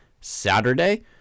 Saturday